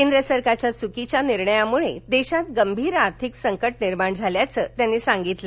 केंद्र सरकारच्या चुकीच्या निर्णयामुळेच देशात गंभीर आर्थिक संकट निर्माण झाल्याचं चव्हाण म्हणाले